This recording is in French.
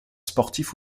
sportifs